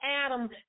Adam